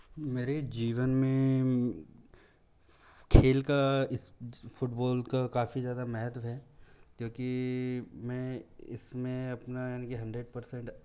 मेरे जीवन में खेल का फुटबॉल का काफ़ी ज़्यादा महत्त्व है क्योंकि मैं इसमें अपना यानी की हंड्रेड पर्सेन्ट